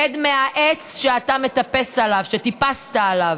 רד מהעץ שאתה מטפס עליו, שטיפסת עליו,